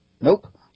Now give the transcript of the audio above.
Nope